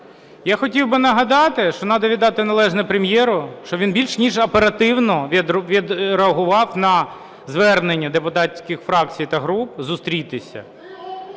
я хотів би нагадати, що треба віддати належне Прем'єру, що він більш ніж оперативно відреагував на звернення депутатських фракцій та груп зустрітися.